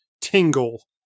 Tingle